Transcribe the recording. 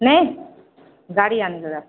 ନାଇ ଗାଡ଼ି ଆନି ହେବା